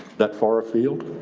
that far afield?